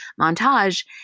montage